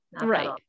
right